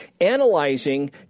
analyzing